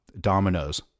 Dominoes